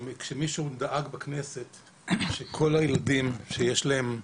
כשמישהו דאג בכנסת שכל הילדים שיש להם אוטיזם,